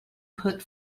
put